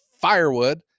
firewood